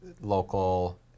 local